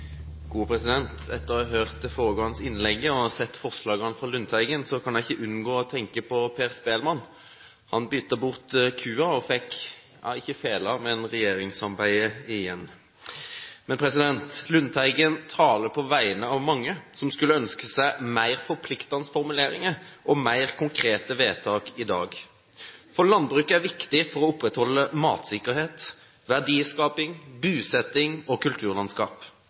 Etter å ha hørt det foregående innlegget og sett forslagene fra Per Olaf Lundteigen kan jeg ikke unngå å tenke på Per spelmann. Man bytter bort kua og får ikke fela, men regjeringssamarbeidet igjen. Per Olaf Lundteigen taler på vegne av mange som skulle ønske seg mer forpliktende formuleringer og mer konkrete vedtak i dag. Landbruket er viktig for å opprettholde matsikkerhet, verdiskaping, bosetting og kulturlandskap.